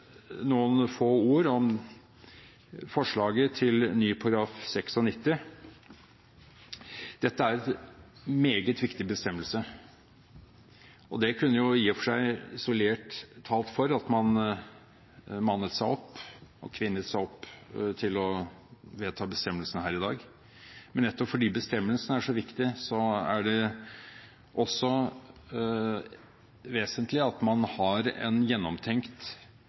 noen få ord om forslaget til ny § 96: Dette er en meget viktig bestemmelse, og det kunne i og for seg isolert talt for at man mannet seg opp – og kvinnet seg opp – til å vedta bestemmelsen her i dag. Men nettopp fordi bestemmelsen er så viktig, er det også vesentlig at man har en gjennomtenkt